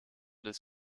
des